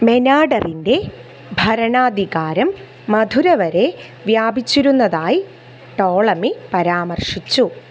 മെനാഡറിൻ്റെ ഭരണാധികാരം മഥുര വരെ വ്യാപിച്ചിരുന്നതായി ടോളമി പരാമർശിച്ചു